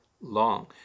long